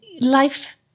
life